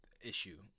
issue